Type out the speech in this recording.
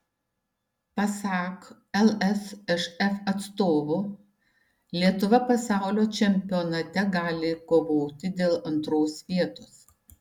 pasak lsšf atstovų lietuva pasaulio čempionate gali kovoti dėl antros vietos